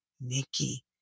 Nikki